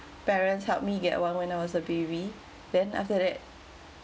parents helped me get one when I was a baby then after that